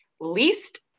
least